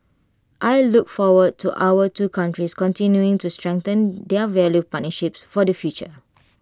I look forward to our two countries continuing to strengthen their value partnership for the future